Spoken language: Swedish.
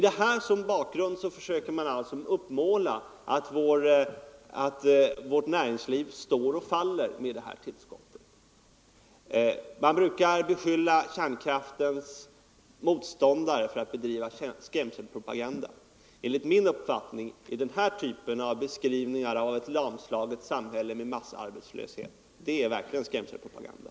Det hävdas emellertid att vårt näringsliv står och faller med tillskottet från kärnkraften. Man brukar beskylla kärnkraftens motståndare för att bedriva skrämselpropaganda, men enligt min uppfattning är den typ av beskrivningar av ett lamslaget samhälle med massarbetslöshet som lämnats i denna debatt verklig skrämselpropaganda.